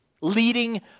leading